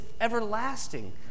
everlasting